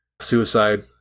suicide